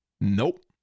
Nope